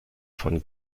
von